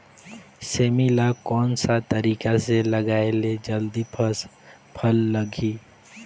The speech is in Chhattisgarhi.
सेमी ला कोन सा तरीका से लगाय ले जल्दी फल लगही?